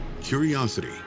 curiosity